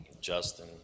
Justin